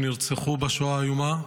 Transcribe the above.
שנרצחו בשואה האיומה,